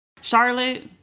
Charlotte